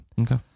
Okay